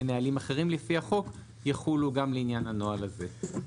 נהלים אחרים לפי החוק יחולו גם לעניין הנוהל הזה.